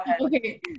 okay